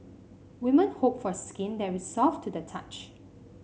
women hope for skin that is soft to the touch